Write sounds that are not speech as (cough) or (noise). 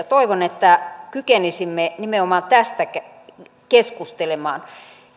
(unintelligible) toivon että kykenisimme nimenomaan tästä keskustelemaan